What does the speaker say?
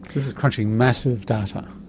this is crunching massive data?